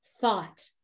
thought